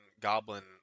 goblin